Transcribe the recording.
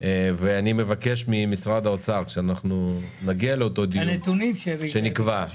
אני מבקש ממשרד האוצר שכאשר נגיע לאותו דיון שנקבע,